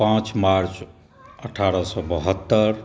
पाँच मार्च अठारह सए बहत्तरि